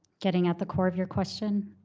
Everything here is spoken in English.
getting at the core of your question?